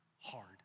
hard